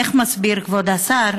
איך מסביר כבוד השר?